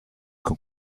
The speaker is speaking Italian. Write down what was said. con